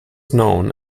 known